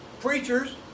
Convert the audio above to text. Preachers